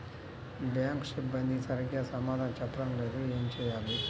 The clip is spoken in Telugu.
బ్యాంక్ సిబ్బంది సరిగ్గా సమాధానం చెప్పటం లేదు ఏం చెయ్యాలి?